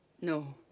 No